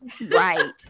Right